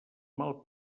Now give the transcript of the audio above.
mal